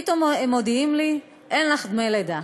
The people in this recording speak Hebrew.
פתאום מודיעים לי: אין לך דמי לידה.